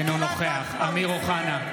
אינו נוכח אמיר אוחנה,